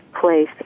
place